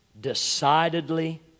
Decidedly